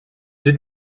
deux